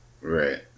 Right